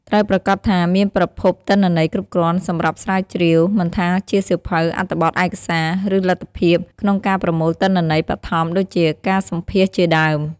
ត្រូវប្រាកដថាមានប្រភពទិន្នន័យគ្រប់គ្រាន់សម្រាប់ស្រាវជ្រាវ មិនថាជាសៀវភៅ អត្ថបទ ឯកសារ ឬលទ្ធភាពក្នុងការប្រមូលទិន្នន័យបឋម ដូចជាការសម្ភាសន៍ជាដើម។